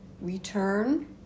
return